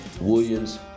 Williams